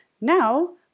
Now